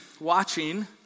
watching